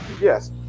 Yes